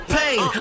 pain